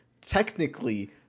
technically